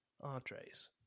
entrees